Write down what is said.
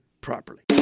properly